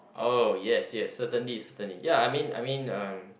uh yes yes certainly certainly ya I mean I mean uh